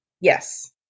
Yes